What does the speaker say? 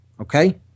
Okay